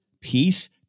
peace